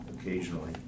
occasionally